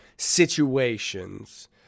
situations